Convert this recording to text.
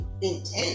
intense